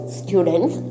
students